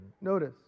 Notice